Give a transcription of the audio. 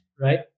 right